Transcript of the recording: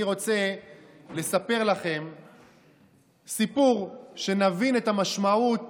אני רוצה לספר לכם סיפור, שנבין את המשמעות